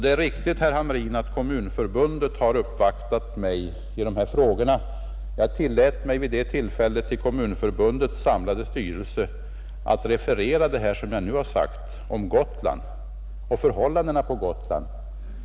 Det är riktigt att Kommunförbundet har uppvaktat mig i dessa frågor, herr Hamrin. Jag tillät mig vid detta tillfälle att till Kommunförbundets samlade styrelse referera vad jag nu sagt om Gotland och förhållandena där.